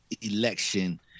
election